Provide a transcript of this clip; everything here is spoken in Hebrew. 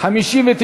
60,